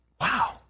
Wow